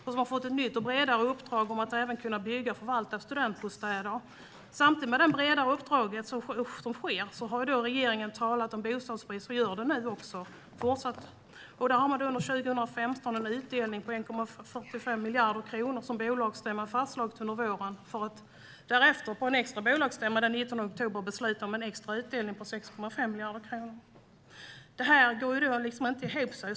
De har fått ett nytt och bredare uppdrag som handlar om att även kunna bygga och förvalta studentbostäder. Samtidigt med det breda uppdraget har regeringen talat om bostadsbrist. Under 2015 görs det en utdelning på 1,45 miljarder kronor, som bolagsstämman fastslagit under våren. Därefter, på en extra bolagsstämma den 19 oktober, beslutas det om en extra utdelning på 6,5 miljarder kronor. Det här går inte ihop.